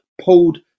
pulled